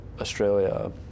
Australia